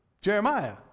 Jeremiah